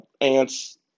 Ants